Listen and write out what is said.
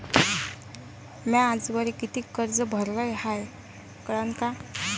म्या आजवरी कितीक कर्ज भरलं हाय कळन का?